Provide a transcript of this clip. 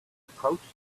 approached